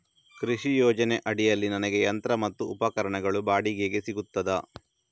ಕೃಷಿ ಯೋಜನೆ ಅಡಿಯಲ್ಲಿ ನನಗೆ ಯಂತ್ರ ಮತ್ತು ಉಪಕರಣಗಳು ಬಾಡಿಗೆಗೆ ಸಿಗುತ್ತದಾ?